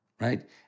right